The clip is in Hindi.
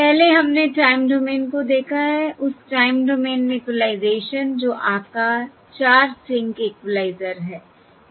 पहले हमने टाइम डोमेन को देखा है उस टाइम डोमेन में इक्विलाइज़ेशन जो आपका 4 सिंक इक्विलाइज़र है